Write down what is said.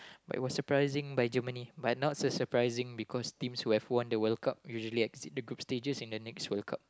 but it was surprising by Germany but not as surprising because teams who have won the World Cup usually exit the group stages in the next World Cup